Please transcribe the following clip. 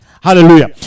hallelujah